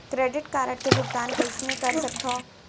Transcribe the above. Credit card के भुगतान कईसने कर सकथो?